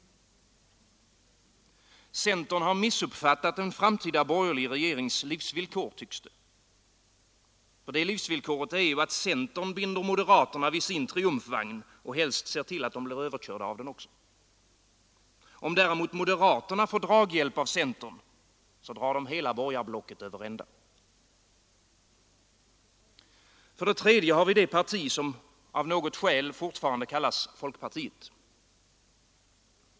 Centern har missuppfattat en framtida borgerlig regerings livsvillkor, tycks det. Och det livsvillkoret är att centern binder moderaterna vid sin triumfvagn och helst ser till att de blir överkörda av den också. Om däremot moderaterna får draghjälp av centern, drar de hela borgarblocket över ända. För det tredje har vi det parti som av något skäl fortfarande kallas folkpartiet.